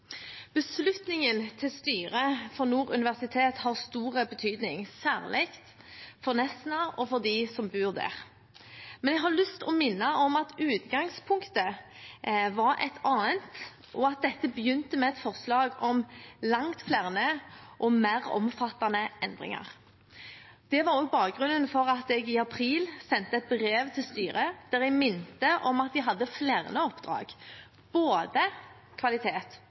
Beslutningen til styret for Nord universitet har stor betydning, særlig for Nesna og for dem som bor der. Men jeg har lyst til å minne om at utgangspunktet var et annet, og at dette begynte med et forslag om langt flere og mer omfattende endringer. Det var også bakgrunnen for at jeg i april sendte et brev til styret der jeg minnet om at de hadde flere oppdrag, både kvalitet